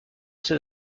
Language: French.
ces